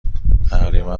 تقریبا